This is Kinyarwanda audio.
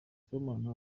sibomana